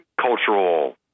cultural –